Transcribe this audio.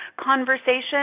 conversation